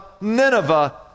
Nineveh